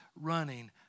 running